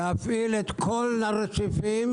להפעיל את כל הרציפים,